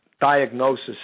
diagnosis